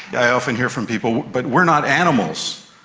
i often hear from people, but we're not animals.